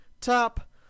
top